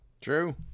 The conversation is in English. True